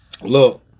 look